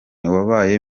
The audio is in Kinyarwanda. wabaye